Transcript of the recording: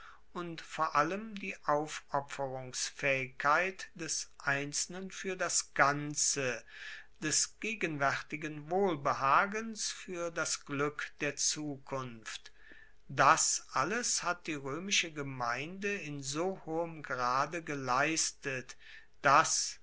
und vor allem die aufopferungsfaehigkeit des einzelnen fuer das ganze des gegenwaertigen wohlbehagens fuer das glueck der zukunft das alles hat die roemische gemeinde in so hohem grade geleistet dass